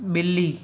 बि॒ली